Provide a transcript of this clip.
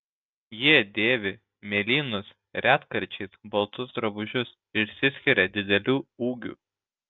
jie dėvi mėlynus retkarčiais baltus drabužius išsiskiria dideliu ūgiu